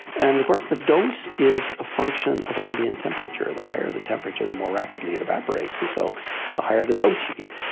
and of course the dose is a function of ambient temperature the higher the temperature the more rapidly it evaporates, and so the higher the dose you give.